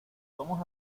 somos